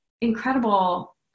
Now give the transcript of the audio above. incredible